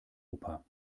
oper